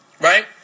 Right